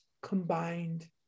combined